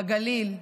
בגליל,